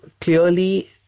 clearly